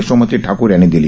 यशोमती ठाकूर यांनी दिली